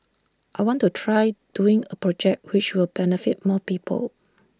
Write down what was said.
I want to try doing A project which will benefit more people